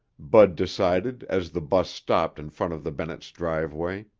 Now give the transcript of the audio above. bud decided as the bus stopped in front of the bennetts' driveway.